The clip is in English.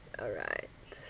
alright